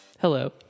Hello